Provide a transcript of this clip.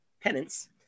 Penance